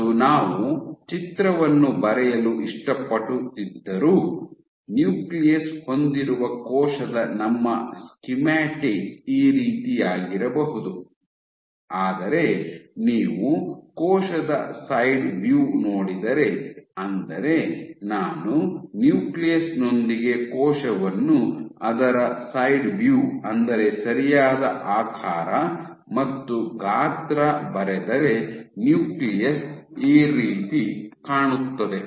ಮತ್ತು ನಾವು ಚಿತ್ರವನ್ನು ಬರೆಯಲು ಇಷ್ಟಪಡುತ್ತಿದ್ದರೂ ನ್ಯೂಕ್ಲಿಯಸ್ ಹೊಂದಿರುವ ಕೋಶದ ನಮ್ಮ ಸ್ಕೀಮ್ಯಾಟಿಕ್ ಈ ರೀತಿಯಾಗಿರಬಹುದು ಆದರೆ ನೀವು ಕೋಶದ ಸೈಡ್ ವ್ಯೂ ನೋಡಿದರೆ ಅಂದರೆ ನಾನು ನ್ಯೂಕ್ಲಿಯಸ್ ನೊಂದಿಗೆ ಕೋಶವನ್ನು ಅದರ ಸೈಡ್ ವ್ಯೂ ಅಂದರೆ ಸರಿಯಾದ ಆಕಾರ ಮತ್ತು ಗಾತ್ರ ಬರೆದರೆ ನ್ಯೂಕ್ಲಿಯಸ್ ಈ ರೀತಿ ಕಾಣುತ್ತದೆ